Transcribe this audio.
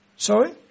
Sorry